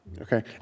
okay